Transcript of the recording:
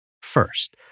First